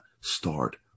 start